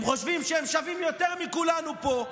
הם חושבים שהם שווים יותר מכולנו פה.